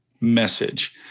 message